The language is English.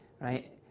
right